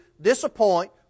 disappoint